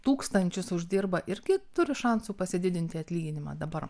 tūkstančius uždirba irgi turi šansų pasididinti atlyginimą dabar